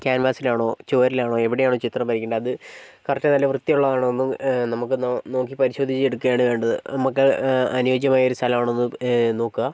കാൻവാസിലാണോ ചുവരിലാണോ എവിടെയാണ് ചിത്രം വരയ്ക്കേണ്ടത് അത് കറക്റ്റ് നല്ല വൃത്തിയുള്ളതാണോ എന്ന് നമുക്ക് നോ നോക്കി പരിശോധിച്ചെടുക്കുകയാണ് വേണ്ടത് നമുക്ക് അനുയോജ്യമായ ഒരു സ്ഥലമാണോ എന്ന് നോക്കുക